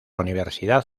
universidad